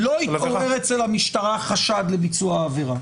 לא התעורר אצל המשטרה חשד לביצוע העבירה.